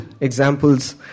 examples